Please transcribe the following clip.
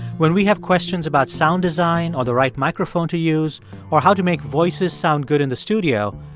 when we have questions about sound design or the right microphone to use or how to make voices sound good in the studio,